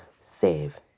save